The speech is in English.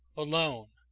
alone!